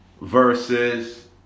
Versus